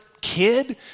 kid